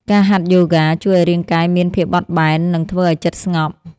ការហាត់ យូហ្គា ជួយឱ្យរាងកាយមានភាពបត់បែន និងធ្វើឲ្យចិត្តស្ងប់។